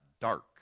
dark